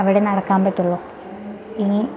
അവിടെ നടക്കാമ്പറ്റുള്ളു ഇനി